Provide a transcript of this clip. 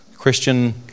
Christian